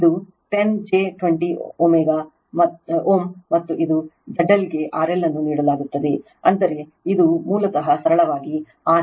ಇದು 10 j 20 Ω ಮತ್ತು ಇದು ZL ಗೆ RLಅನ್ನು ನೀಡಲಾಗುತ್ತದೆ ಅಂದರೆ ಇದು ಮೂಲತಃ ಸರಳವಾಗಿ RL ಆಗಿದೆ